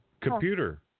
computer